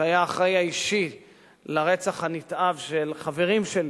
שהיה האחראי האישי לרצח הנתעב של חברים שלי,